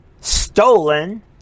stolen